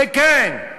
זה כן,